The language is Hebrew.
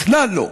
בכלל לא.